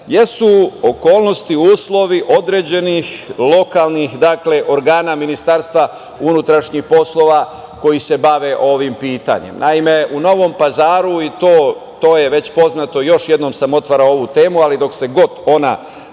jesu okolnosti, uslovi određenih lokalnih organa Ministarstva unutrašnjih poslova koji se bave ovim pitanjem. Naime, u Novom Pazaru, to je već poznato, još jednom sam otvarao ovu temu, ali dok god se